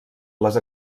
les